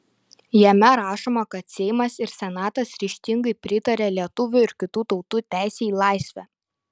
jame rašoma kad seimas ir senatas ryžtingai pritaria lietuvių ir kitų tautų teisei į laisvę